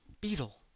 Beetle